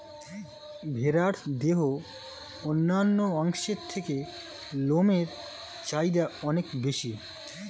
ভেড়ার দেহের অন্যান্য অংশের থেকে লোমের চাহিদা অনেক বেশি